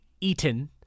eaton